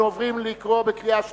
אנחנו מבקשים להצביע בקריאה שלישית.